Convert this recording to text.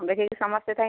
ଦେଖିକି ସମସ୍ତେ